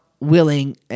willing